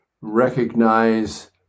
recognize